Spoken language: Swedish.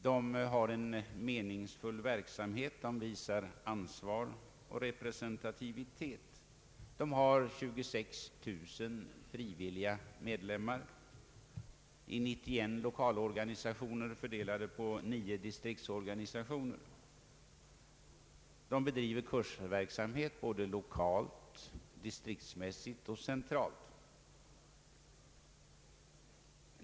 Den har en meningsfull verksamhet och visar ansvar och representativitet. Den har drygt 26 000 medlemmar i 91 lokalavdelningar, fördelade på nio distriktsorganisationer. Förbundet bedriver kursverksamhet såväl lokalt och distriktsmässigt som centralt.